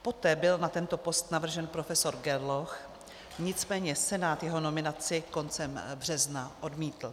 Poté byl na tento post navržen profesor Gerloch, nicméně Senát jeho nominaci koncem března odmítl.